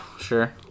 sure